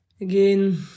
again